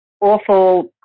awful